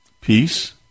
peace